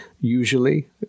usually